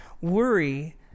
Worry